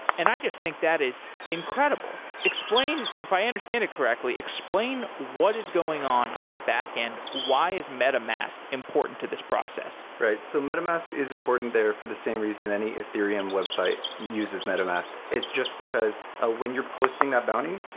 and i just think that is incredible. if i understand it correctly, explain what is going on on the backend why is metamask important to this process right. so metamask is important there for the same reason any ethereum website uses metamask. it's just because ah when you're posting that bounty,